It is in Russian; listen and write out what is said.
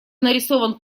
нарисован